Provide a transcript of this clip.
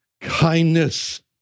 kindness